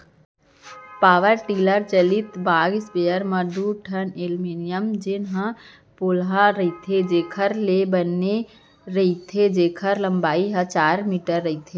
power tiller चलित बाग spare म दू ठन एलमोनियम जेन ह पोलहा रथे तेकर ले बने रथे जेकर लंबाई हर चार मीटर रथे